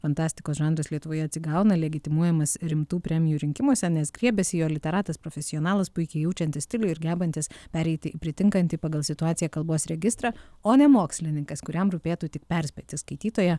fantastikos žanras lietuvoje atsigauna legitimuojamas rimtų premijų rinkimuose nes griebiasi jo literatas profesionalas puikiai jaučiantis stilių ir gebantis pereiti į pritinkantį pagal situaciją kalbos registrą o ne mokslininkas kuriam rūpėtų tik perspėti skaitytoją